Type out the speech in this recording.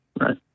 right